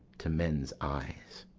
to men's eyes.